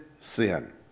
sin